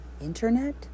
Internet